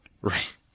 Right